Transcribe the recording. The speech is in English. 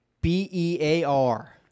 B-E-A-R